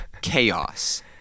chaos